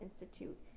Institute